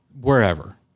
wherever